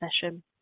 session